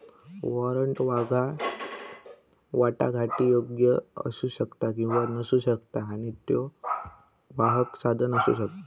warrant वाटाघाटीयोग्य असू शकता किंवा नसू शकता आणि त्यो वाहक साधन असू शकता